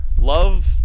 love